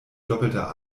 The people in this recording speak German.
doppelter